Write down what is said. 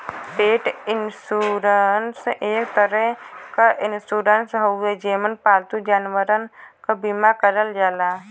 पेट इन्शुरन्स एक तरे क इन्शुरन्स हउवे जेमन पालतू जानवरन क बीमा करल जाला